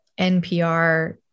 NPR